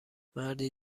مردی